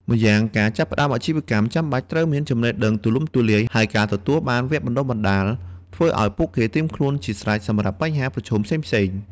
ម្យ៉ាងការចាប់ផ្ដើមអាជីវកម្ម ចាំបាច់ត្រូវមានចំណេះដឹងទូលំទូលាយ ហើយការទទួលបានវគ្គបណ្តុះបណ្ដាល ធ្វើពួកគេបានត្រៀមខ្លួនជាស្រេចសម្រាប់បញ្ហាប្រឈមផ្សេងៗ។